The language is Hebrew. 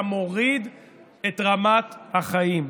אתה מוריד את רמת החיים,